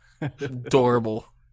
Adorable